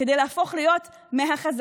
כדי להפוך להיות מהחזקים,